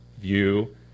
view